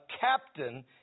captain